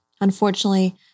Unfortunately